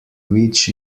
which